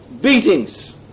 beatings